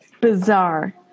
bizarre